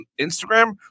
Instagram